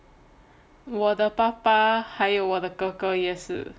我的爸爸还有我的哥哥也是